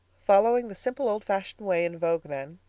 following the simple, old-fashioned way in vogue then,